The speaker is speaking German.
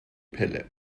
pelle